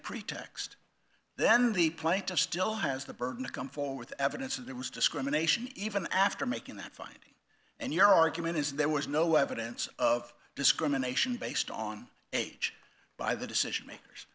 pretext then the plaintiff still has the burden to come forward evidence and there was discrimination even after making that finding and your argument is there was no evidence of discrimination based on age by the decision makers